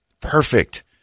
perfect